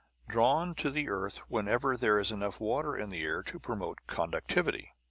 drawn to the earth whenever there is enough water in the air to promote conductivity.